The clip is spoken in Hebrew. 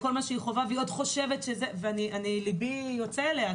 לבי יוצא אליה,